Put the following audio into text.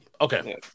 Okay